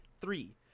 Three